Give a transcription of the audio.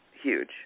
Huge